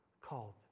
called